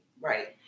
Right